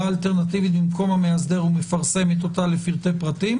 אלטרנטיבית במקום המאסדר ומפרסמת אותה לפרטי-פרטים.